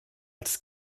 als